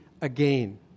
again